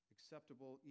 Acceptable